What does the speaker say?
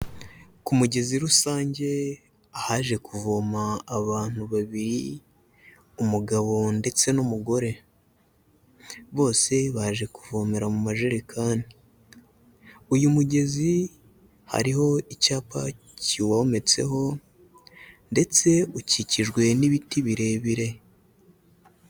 Ku mugezi rusange ahaje kuvoma abantu babiri umugabo ndetse n'umugore. Bose baje kuvomera mu majerekani, uyu mugezi hariho icyapa kiwometseho ndetse ukikijwe n'ibiti birebire.